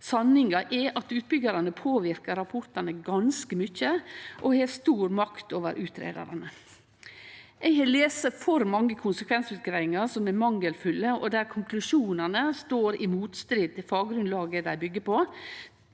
Sanninga er at utbyggjarane påverkar rapportane ganske mykje og har stor makt over utgreiarane. Eg har lese for mange konsekvensutgreiingar som er mangelfulle, og der konklusjonane står i motstrid til faggrunnlaget dei byggjer på,